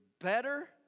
better